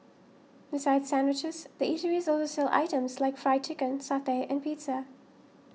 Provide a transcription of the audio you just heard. besides sandwiches the eateries also sell items like Fried Chicken satay and pizza